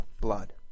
blood